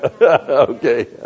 Okay